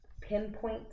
pinpoint